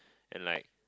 and like